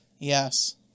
Yes